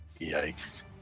Yikes